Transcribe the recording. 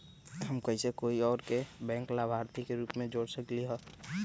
हम कैसे कोई और के बैंक लाभार्थी के रूप में जोर सकली ह?